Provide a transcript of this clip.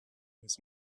his